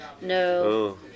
No